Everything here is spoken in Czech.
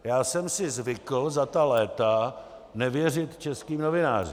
Já jsem si zvykl za ta léta nevěřit českým novinářům.